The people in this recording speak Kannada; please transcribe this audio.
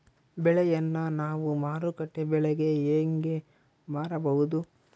ಬೆಳೆಯನ್ನ ನಾವು ಮಾರುಕಟ್ಟೆ ಬೆಲೆಗೆ ಹೆಂಗೆ ಮಾರಬಹುದು?